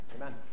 Amen